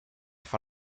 fin